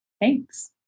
Thanks